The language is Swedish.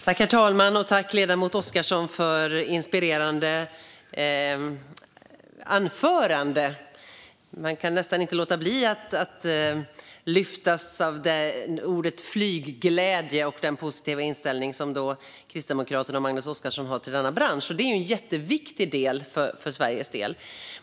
Herr talman! Jag tackar ledamoten Oscarsson för ett inspirerande anförande. Man kan nästan inte låta bli att lyftas av ordet flygglädje och den positiva inställning som Kristdemokraterna och Magnus Oscarsson har till denna bransch. Det är jätteviktigt för Sveriges del.